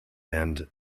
and